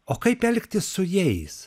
o kaip elgtis su jais